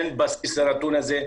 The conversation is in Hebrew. אין בסיס לנתון הזה.